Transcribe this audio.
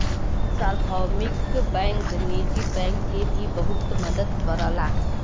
सार्वभौमिक बैंक निजी बैंक के भी बहुत मदद करला